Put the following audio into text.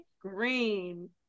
Green